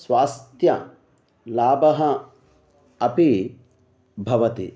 स्वास्त्यलाभः अपि भवति